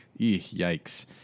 Yikes